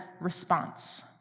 response